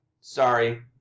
Sorry